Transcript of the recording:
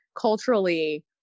culturally